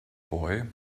boy